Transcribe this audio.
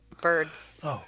birds